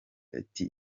ati